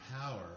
power